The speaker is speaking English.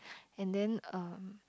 and then um